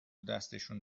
دستشون